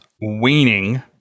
weaning